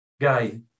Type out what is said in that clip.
guy